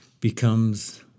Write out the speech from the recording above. becomes